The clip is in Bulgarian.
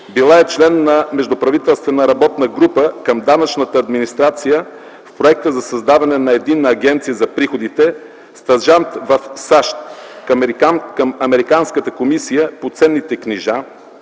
била е член на междуправителствена работна група към данъчната администрация в проекта за създаване на единна Агенция за приходите, стажант в САЩ към Американската комисия по ценните книжа,